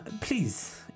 Please